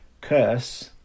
curse